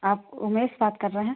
आप उमेश बात कर रहें हैं